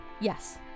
yes